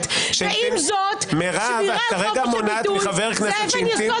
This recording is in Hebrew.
ועם זאת שמירה על חופש הביטוי זה אבן יסוד